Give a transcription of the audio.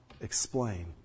explain